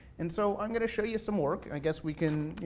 and so, i'm gonna show you some work, i guess we can,